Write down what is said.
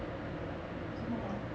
我什么 ah